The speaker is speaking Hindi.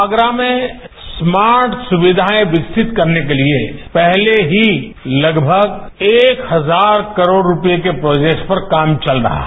आगरा में स्मार्ट सुविघाएं विकसित करने के लिए पहले ही लगभग एक हजार करोड़ रुपये के प्रोजेक्ट्स पर काम चल रहा है